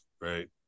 right